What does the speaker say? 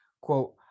quote